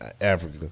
Africa